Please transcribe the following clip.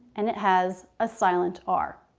and it has a silent r.